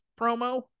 promo